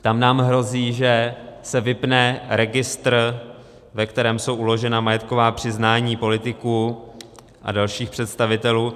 Tam nám hrozí, že se vypne registr, ve kterém jsou uložena majetková přiznání politiků a dalších představitelů.